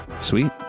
sweet